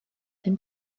ddim